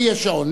לי יש שעון.